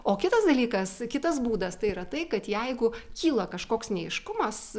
o kitas dalykas kitas būdas tai yra tai kad jeigu kyla kažkoks neaiškumas